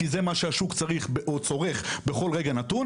כי זה מה שהשוק צורך בכל רגע נתון"